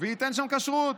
וייתן שם כשרות,